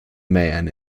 man